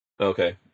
Okay